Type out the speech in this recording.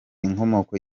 inkomoko